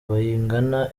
bayingana